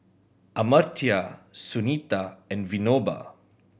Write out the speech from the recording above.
Amartya Sunita and Vinoba